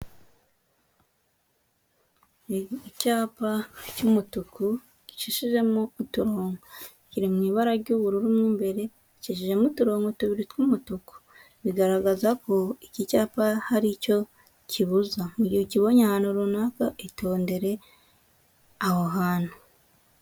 Icyapa cy'umutuku gicishijemo uturongo. Kiri mu ibara ry'ubururu mu imbere, gicishijwemo uturongo tubiri tw'umutuku, bigaragaza ko iki cyapa hari icyo kibuza, mu gihe ukibunye ahantu runaka itondere aho hantu.